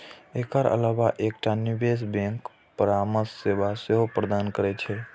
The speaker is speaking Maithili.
एकर अलावा एकटा निवेश बैंक परामर्श सेवा सेहो प्रदान करै छै